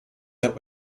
that